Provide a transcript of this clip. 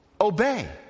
Obey